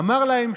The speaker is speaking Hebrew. אמר להם: